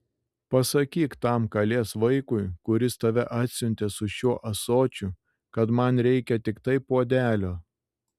pasakyk tam kalės vaikui kuris tave atsiuntė su šiuo ąsočiu kad man reikia tiktai puodelio